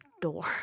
door